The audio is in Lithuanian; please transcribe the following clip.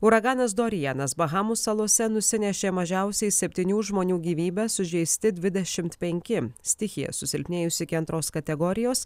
uraganas dorianas bahamų salose nusinešė mažiausiai septynių žmonių gyvybes sužeisti dvidešimt penki stichija susilpnėjusi iki antros kategorijos